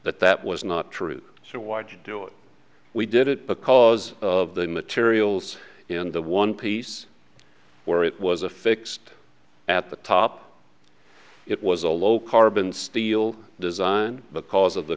that that was not true so watch it do it we did it because of the materials in the one piece where it was affixed at the top it was a low carbon steel design because of the